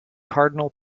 cardinal